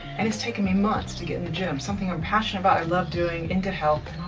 and it's taken me months to get in the gym, something i'm passionate about, i love doing. into health,